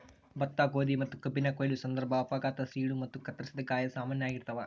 ಭತ್ತ ಗೋಧಿ ಮತ್ತುಕಬ್ಬಿನ ಕೊಯ್ಲು ಸಂದರ್ಭ ಅಪಘಾತ ಸೀಳು ಮತ್ತು ಕತ್ತರಿಸಿದ ಗಾಯ ಸಾಮಾನ್ಯ ಆಗಿರ್ತಾವ